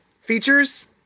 features